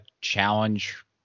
challenge